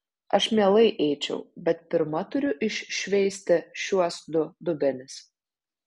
aš mielai eičiau bet pirma turiu iššveisti šiuos du dubenis